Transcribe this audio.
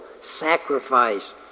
sacrifice